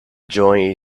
joy